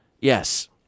Yes